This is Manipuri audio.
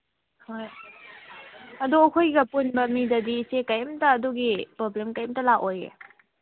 ꯍꯣꯏ ꯑꯗꯨ ꯑꯩꯈꯣꯏꯒ ꯄꯨꯟꯕ ꯃꯤꯗꯗꯤ ꯏꯆꯦ ꯀꯩꯝꯇ ꯑꯗꯨꯒꯤ ꯄ꯭ꯔꯣꯕ꯭ꯂꯦꯝ ꯀꯩꯝꯇ ꯂꯥꯛꯑꯣꯏꯌꯦ